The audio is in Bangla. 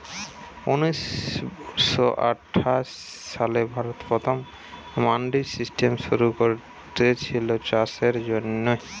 ঊনিশ শ আঠাশ সালে ভারতে প্রথম মান্ডি সিস্টেম শুরু কোরেছিল চাষের জন্যে